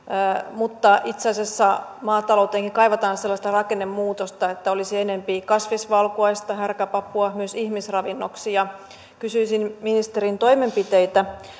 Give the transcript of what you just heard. mutta itse asiassa maatalouteenkin kaivataan sellaista rakennemuutosta että olisi enempi kasvisvalkuaista härkäpapua myös ihmisravinnoksi kysyisin ministerin toimenpiteitä